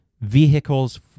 vehicles